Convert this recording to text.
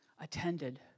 attended